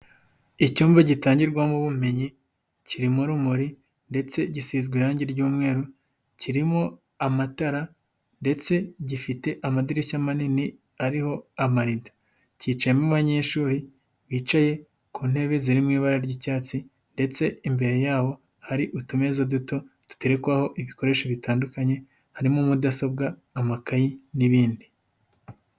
Icyumba gitangirwamo ubumenyi, kirimo urumuri ndetse gisizwe irangi ry'umweru kirimo amatara ndetse gifite amadirishya manini ariho amarido. Kicayemo abanyeshuri bicaye ku ntebe ziri mu ibara ry'icyatsi ndetse imbere yabo hari utumeza duto duterekwaho ibikoresho bitandukanye harimo mudasobwa, amakayi n'ibindi.